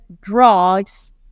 drugs